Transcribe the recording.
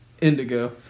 indigo